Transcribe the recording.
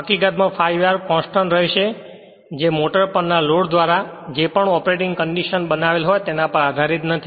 હકીકતમાં ∅r constant રહેશે જે મોટર પરના લોડ ધ્વારા જે પણ ઓપરેટિંગ કંડીશન બનાવેલ હોય તેના પર આધારિત નથી